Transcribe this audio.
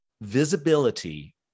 visibility